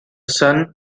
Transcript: sun